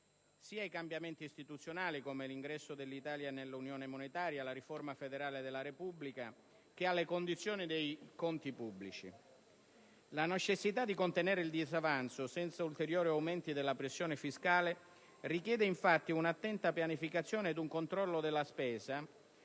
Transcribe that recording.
sia ai cambiamenti istituzionali, quali l'ingresso dell'Italia nell'unione monetaria e la riforma federale della Repubblica, che alle condizioni dei conti pubblici. La necessità di contenere il disavanzo senza ulteriori aumenti della pressione fiscale richiede infatti un'attenta pianificazione ed un controllo della spesa,